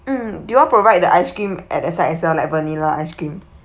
mm do you all provide the ice cream at the side as well like vanilla ice cream